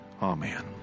Amen